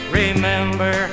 remember